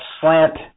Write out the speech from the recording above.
Slant